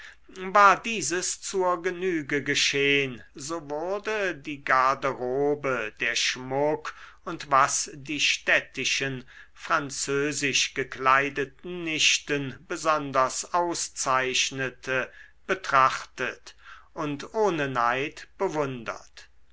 war dieses zur genüge geschehn so wurde die garderobe der schmuck und was die städtischen französisch gekleideten nichten besonders auszeichnete betrachtet und ohne neid bewundert